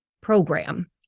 program